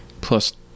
plus